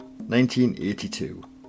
1982